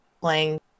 playing